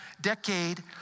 decade